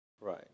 Right